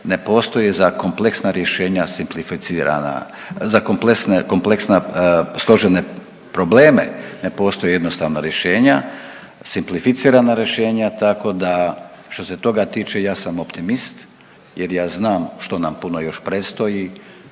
ne postoje za kompleksna rješenja simplificirana, za kompleksna složene probleme ne postoje jednostavna rješenja, simplificirana rješenja tako da što se toga tiče ja sam optimist jer ja znam što nam puno još predstoji,